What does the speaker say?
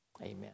amen